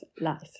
life